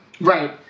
Right